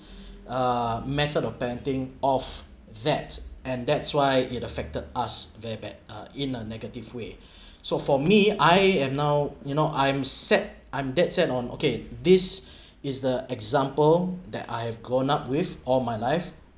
uh method of panting off that and that's why it affected us very bad uh in a negative way so for me I am now you know I'm set I'm dead set on okay this is the example that I have gone up with all my life